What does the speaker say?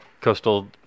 coastal